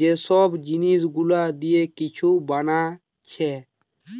যে সব জিনিস গুলা দিয়ে কিছু বানাচ্ছে